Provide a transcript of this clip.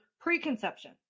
preconception